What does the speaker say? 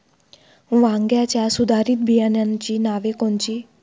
वांग्याच्या सुधारित बियाणांची नावे कोनची?